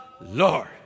Lord